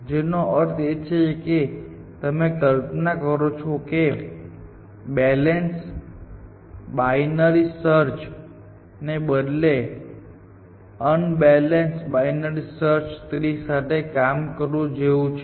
જેનો અર્થ એ છે કે તમે કલ્પના કરો છો કે તે બેલેન્સડ બાઈનરી સર્ચ ટ્રી ને બદલે અનબેલેન્સડ બાઈનરી સર્ચ ટ્રી સાથે કામ કરવા જેવું છે